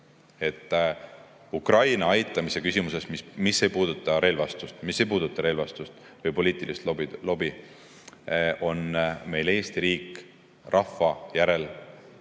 Ukraina aitamise küsimustes, mis ei puuduta relvastust, mis ei puuduta relvastust või poliitilist lobi, on meil Eesti riik rahva järel